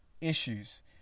issues